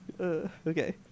Okay